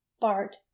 Bart